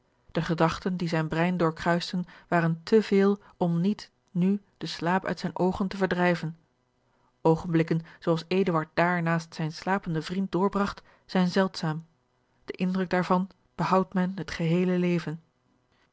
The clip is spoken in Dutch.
de gedachten die zijn brein doorkruisten waren te veel om niet nu den slaap uit zijne oogen te verdrijven oogenblikken zoo als eduard daar naast zijn slapenden vriend doorbragt zijn zeldzaam den indruk daarvan behoudt men het geheele leven